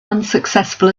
unsuccessful